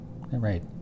Right